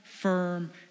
firm